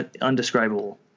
undescribable